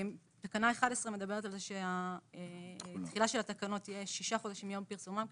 תקנה 11 מדברת על כך שתחילת התקנות תהיה שישה חודשים מיום פרסומן,